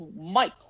Mike